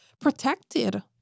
protected